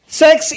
sex